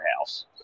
house